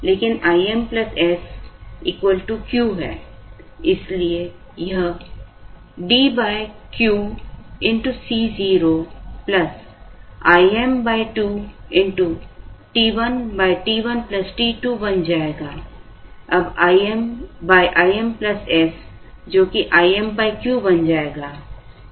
लेकिन I m s Q है इसलिए यह D QCo Im2 t1t1 t2 बन जाएगा I अब I m Im s जो कि Im Q बन जाएगा